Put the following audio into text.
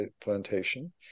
plantation